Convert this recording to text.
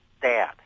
dad